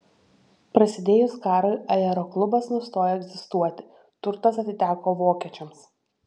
prasidėjus karui aeroklubas nustojo egzistuoti turtas atiteko vokiečiams